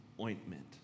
ointment